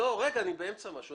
לא, אני באמצע משהו.